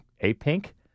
A-Pink